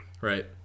Right